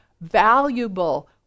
valuable